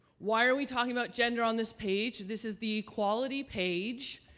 why are we talking about gender on this page? this is the quality page.